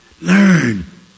Learn